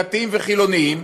דתיים וחילונים,